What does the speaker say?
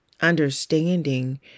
understanding